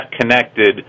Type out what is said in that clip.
connected